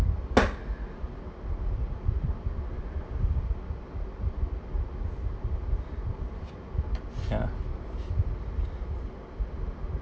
ya